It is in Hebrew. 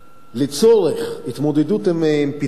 לצורך התמודדות עם פתרון,